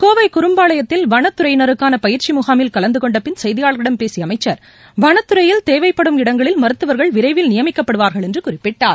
கோவை குரும்பாளையத்தில் வனத்துறையினருக்கான பயிற்சி முகாமில் கலந்து கொண்ட பின் செய்தியாளா்களிடம் பேசிய அமைச்சா் வனத்துறையில் தேவைப்படும் இடங்கள் மருத்துவர்கள் விரைவில் நியமிக்கப்படுவார்கள் என்று குறிப்பிட்டார்